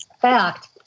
fact